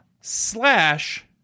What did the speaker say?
slash